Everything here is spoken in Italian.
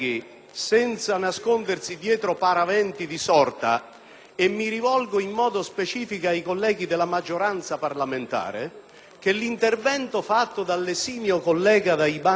mi rivolgo in modo specifico ai colleghi della maggioranza parlamentare, perché l'intervento fatto dall'esimio collega dai banchi dell'opposizione di sinistra è sintomatico.